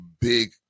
big